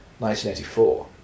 1984